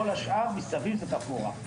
כל השאר מסביב זה תפאורה.